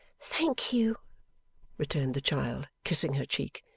thank you returned the child, kissing her cheek,